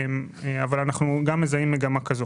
אבל אנחנו כן מזהים מגמה כזו.